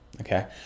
Okay